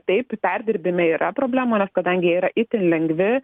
taip perdirbime yra problemų nes kadangi jie yra itin lengvi